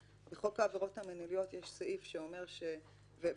אז המינימום הוא שהסכום יהיה משמעותי כדי שיהיה ברור